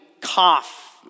cough